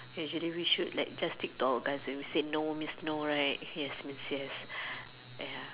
usually we should like just stick to our guts and we said no means no right yes means yes